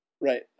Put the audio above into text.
Right